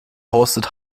hosted